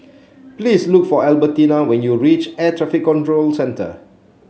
please look for Albertina when you reach Air Traffic Control Centre